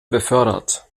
befördert